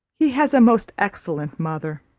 he has a most excellent mother.